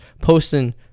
posting